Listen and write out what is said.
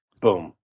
boom